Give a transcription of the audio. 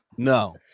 No